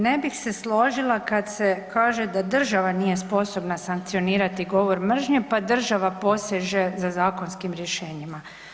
Ne bih se složila kad se kaže da država nije sposobna sankcionirati govor mržnje pa država poseže za zakonskim rješenjima.